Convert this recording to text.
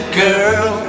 girl